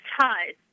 ties